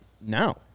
now